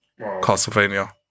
Castlevania